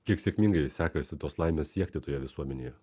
kiek sėkmingai sekasi tos laimės siekti toje visuomenėje